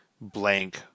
blank